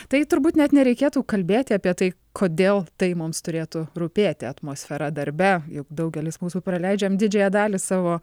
tai turbūt net nereikėtų kalbėti apie tai kodėl tai mums turėtų rūpėti atmosfera darbe juk daugelis mūsų praleidžiam didžiąją dalį savo